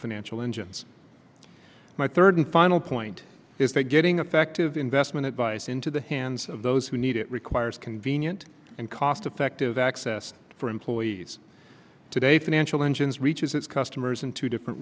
financial engines my third and final point is that getting effective investment advice into the hands of those who need it requires convenient and cost effective access for employees today financial engines reaches its customers in two different